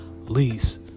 lease